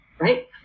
right